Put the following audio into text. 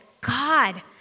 God